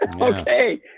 Okay